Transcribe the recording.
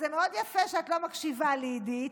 אז זה מאוד יפה שאת לא מקשיבה לי, עידית,